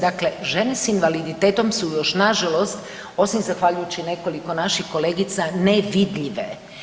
Dakle, žene sa invaliditetom su još nažalost, osim zahvaljujući nekoliko naših kolegica nevidljive.